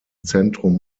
zentrum